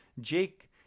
Jake